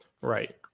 right